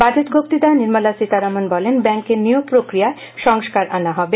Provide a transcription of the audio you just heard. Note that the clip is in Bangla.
বাজেট বক্তৃতায় নির্মলা সীতারমন বলেন ব্যাঙ্কের নিয়োগ প্রক্রিয়ায় সংস্কার আনা হবে